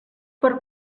per